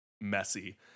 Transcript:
messy